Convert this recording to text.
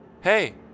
Hey